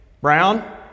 Brown